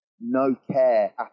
no-care